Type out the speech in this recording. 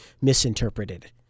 misinterpreted